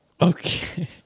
Okay